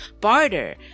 barter